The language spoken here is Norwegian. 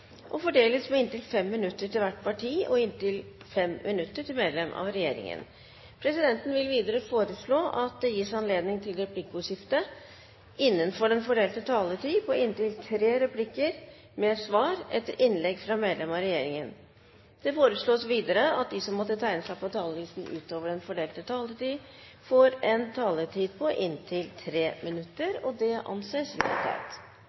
og fordeles med inntil 5 minutter til hvert parti og inntil 5 minutter til medlem av regjeringen. Presidenten vil videre foreslå at det gis anledning til replikkordskifte på inntil tre replikker med svar etter innlegg fra medlem av regjeringen innenfor den fordelte taletid. Det foreslås videre at de som måtte tegne seg på talerlisten utover den fordelte taletid, får en taletid på inntil 3 minutter. – Det anses vedtatt.